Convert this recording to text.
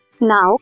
Now